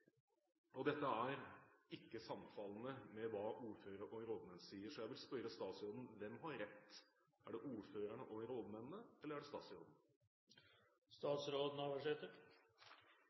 samfunnsutvikling.» Dette er ikke sammenfallende med hva ordførere og rådmenn sier, så jeg vil spørre statsråden: Hvem har rett – er det ordførerne og rådmennene eller